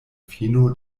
fino